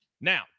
Now